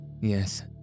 Yes